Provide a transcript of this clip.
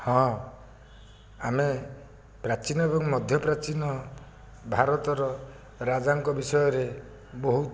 ହଁ ଆମେ ପ୍ରାଚୀନ ଏବଂ ମଧ୍ୟପ୍ରାଚୀନ ଭାରତର ରାଜାଙ୍କ ବିଷୟରେ ବହୁତ